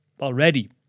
already